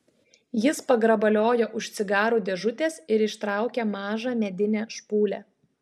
jis pagrabaliojo už cigarų dėžutės ir ištraukė mažą medinę špūlę